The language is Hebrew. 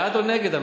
אתה בעד או נגד?